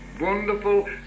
wonderful